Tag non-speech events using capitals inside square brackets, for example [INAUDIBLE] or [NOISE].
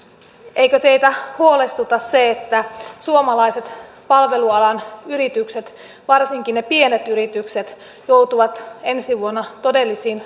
eikö teitä huolestuta se että suomalaiset palvelualan yritykset varsinkin ne pienet yritykset joutuvat ensi vuonna todellisiin [UNINTELLIGIBLE]